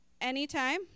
anytime